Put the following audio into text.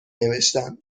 نوشتند